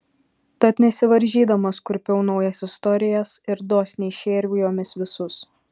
tad nesivaržydamas kurpiau naujas istorijas ir dosniai šėriau jomis visus